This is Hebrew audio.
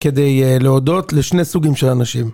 כדי להודות לשני סוגים של אנשים.